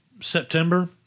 September